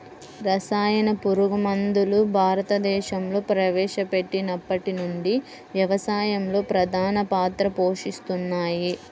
రసాయన పురుగుమందులు భారతదేశంలో ప్రవేశపెట్టినప్పటి నుండి వ్యవసాయంలో ప్రధాన పాత్ర పోషిస్తున్నాయి